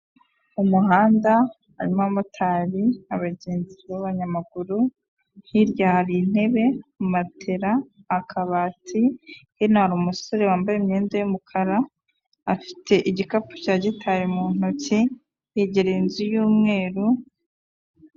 Mu muhanda harimo abamotari, abagenzi b'abanyamaguru, hirya hari intebe, matera, akabati, hino hari umusore wambaye imyenda y'umukara afite igikapu cya gitari mu ntoki, yegereye inzu y'umweru.